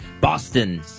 Boston